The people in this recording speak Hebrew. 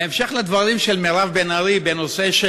בהמשך לדברים של מירב בן ארי בנושא של